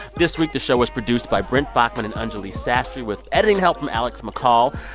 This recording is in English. this week, the show was produced by brent baughman and anjuli sastry with editing help from alex mccall.